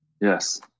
Yes